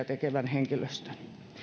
tekevän henkilöstön